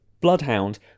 bloodhound